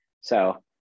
So-